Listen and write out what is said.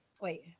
wait